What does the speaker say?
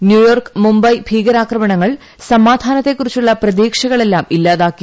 New York Mumbai ഭീകരാക്രമണങ്ങൾ സ്മാർാനത്തെകുറിച്ചുള്ള പ്രതീക്ഷകളെല്ലാം ഇല്ലാതാക്കി